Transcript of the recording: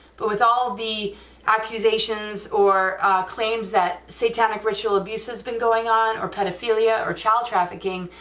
but with all the accusations or claims that satanic ritual abuse has been going on, or pedophilia or child trafficking,